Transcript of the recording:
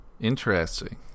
Interesting